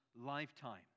lifetime